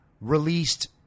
released